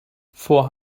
four